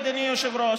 אדוני היושב-ראש?